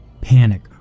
Panic